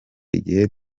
igihe